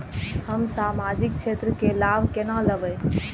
हम सामाजिक क्षेत्र के लाभ केना लैब?